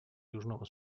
южного